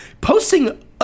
posting